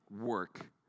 work